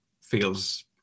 feels